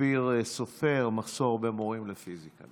אופיר סופר: מחסור במורים לפיזיקה.